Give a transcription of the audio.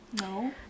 no